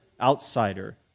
outsider